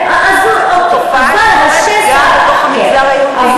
זו תופעה שקורית גם בתוך המגזר היהודי.